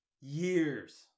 years